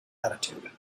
attitude